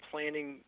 Planning